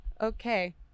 Okay